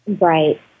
Right